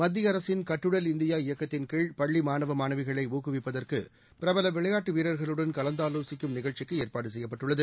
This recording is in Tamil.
மத்திய அரசின் கட்டுடல் இந்தியா இயக்கத்தின் கீழ் பள்ளி மாணவ மாணவிகளை ஊக்குவிப்பதற்கு பிரபல விளையாட்டு வீரர்களுடன் கலந்தாலோசிக்கும் நிகழ்ச்சிக்கு ஏற்பாடு செய்யப்பட்டுள்ளது